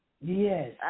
Yes